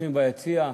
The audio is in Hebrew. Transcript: אורחים ביציע,